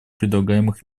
предлагаемых